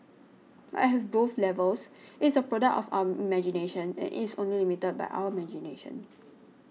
but have both levels it's a product of our imagination and it's only limited by our imagination